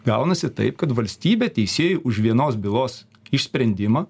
gaunasi taip kad valstybė teisėjui už vienos bylos išsprendimą